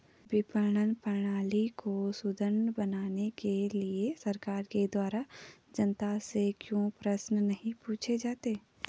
विपणन प्रणाली को सुदृढ़ बनाने के लिए सरकार के द्वारा जनता से क्यों प्रश्न नहीं पूछे जाते हैं?